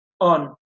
on